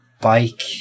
bike